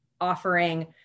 offering